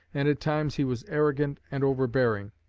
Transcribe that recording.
and at times he was arrogant and overbearing.